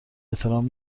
احترام